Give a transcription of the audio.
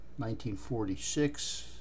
1946